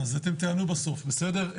אתם תענו בסוף, בסדר?